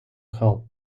help